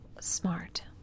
Smart